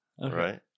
right